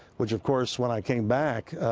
which of course when i came back,